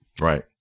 Right